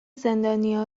زندانیا